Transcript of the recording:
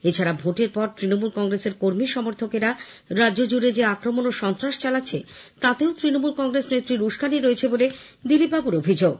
এছাড়া ভোটের পর তৃণমূল কংগ্রেসের কর্মী সমর্থকরা রাজ্যজুড়ে যে আক্রমণ ও সন্ত্রাস চালাচ্ছে তাতেও তৃণমূল কংগ্রেস নেত্রীর উস্কানি রয়েছে বলে দিলীপ বাবুর অভিযোগ